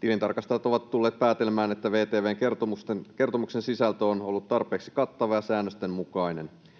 Tilintarkastajat ovat tulleet päätelmään, että VTV:n kertomuksen sisältö on ollut tarpeeksi kattava ja säännösten mukainen.